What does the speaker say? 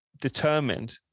determined